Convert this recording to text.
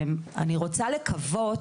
אני רוצה לקוות,